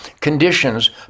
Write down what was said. conditions